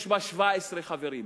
יש בה 17 חברים.